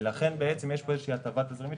לכן יש פה איזושהי תזרימית,